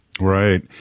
Right